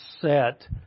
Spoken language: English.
set